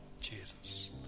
Jesus